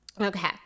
Okay